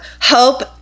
hope